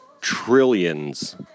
trillions